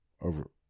over